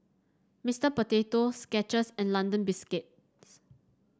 Mister Potato Skechers and London Biscuits